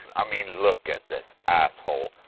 i mean look at this asshole.